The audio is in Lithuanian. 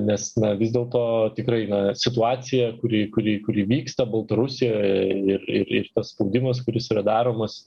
nes na vis dėl to tikrai na situacija kuri kuri kuri vyksta baltarusijoje ir ir ir tas spaudimas kuris yra daromas